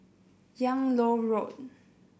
Yung Loh Road